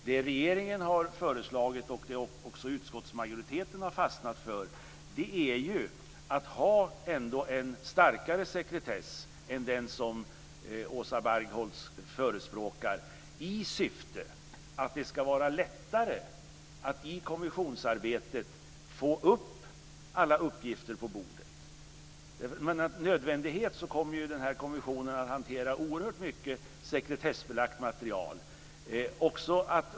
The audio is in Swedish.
Det som regeringen har föreslagit och som också utskottsmajoriteten har fastnat för är att ha en starkare sekretess än den som Helena Bargholtz förespråkar, i syfte att det ska vara lättare att få upp alla uppgifter på bordet i kommissionsarbetet. Av nödvändighet kommer ju kommissionen att hantera oerhört mycket sekretessbelagt material.